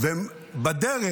ובדרך